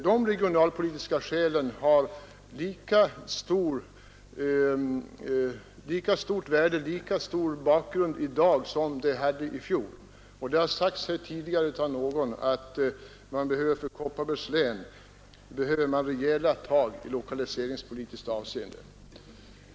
De regionalpolitiska skälen har lika stort värde i dag som de hade i fjol. Här har sagts tidigare att det behövs rejäla tag för Kopparbergs län i lokaliseringspolitiskt avseende.